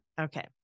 Okay